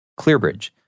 ClearBridge